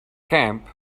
camp